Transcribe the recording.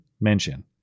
mention